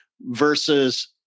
versus